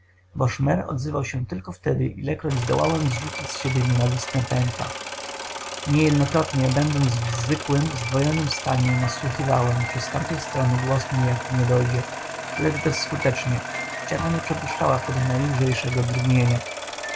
bo szmer odzywał się tylko wtedy ilekroć zdołałem zrzucić z siebie nienawistne pęta niejednokrotnie będąc w zwykłym zdwojonym stanie nadsłuchiwałem czy z tamtej strony głos mnie jaki nie dojdzie lecz bezskutecznie ściana nie przepuszczała wtedy najlżejszego